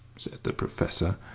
said the professor.